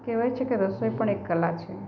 કેવાય છે કે રસોઈ પણ એક કલા છે